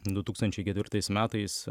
du tūkstančiai ketvirtais metais